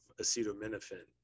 acetaminophen